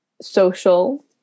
social